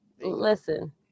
listen